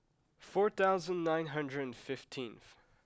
four thousand nine hundred and fifteenth